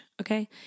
Okay